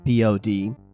pod